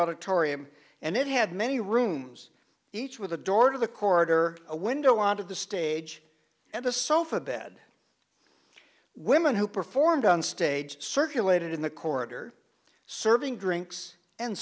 auditorium and it had many rooms each with a door to the corridor a window onto the stage and a sofa bed women who performed on stage circulated in the corridor serving drinks and